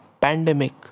pandemic